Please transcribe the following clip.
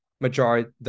majority